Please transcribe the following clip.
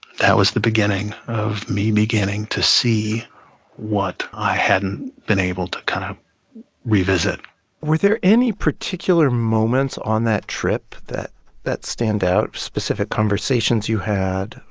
that was the beginning of me beginning to see what i hadn't been able to kind of revisit were there any particular moments on that trip that stand stand out specific conversations you had,